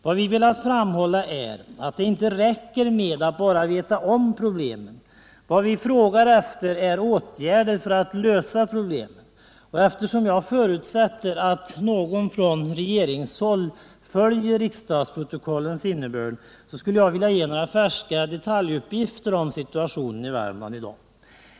Vad vi velat fram hålla är att det inte räcker med att bara veta om problemen. Vad vi frågar efter är åtgärder för att lösa problemen. Och eftersom jag förutsätter att någon från regeringshåll följer riksdagsprotokollens innehåll skulle jag vilja ge några färska detaljuppgifter om situationen i Värmland i dag.